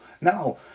now